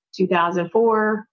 2004